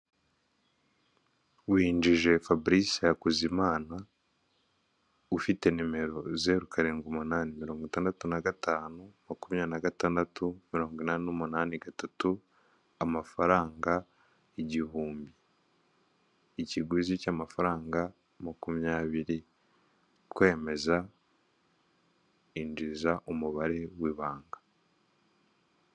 Winjije Faburice Hakuzimana ufite nimero zeru karindwi umunani mirongo itandatu na gatanu, makumya na gatandatu, mirongo inani n'umunani, gatatu amafaranga igihumbi ikiguzi cy'amafaranga makumyabiri, kwemeza injiza umubare w'ibanga.